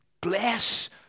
Bless